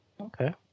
Okay